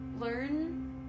learn